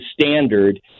standard